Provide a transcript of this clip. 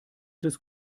des